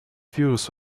views